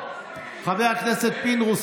חבר הכנסת פינדרוס,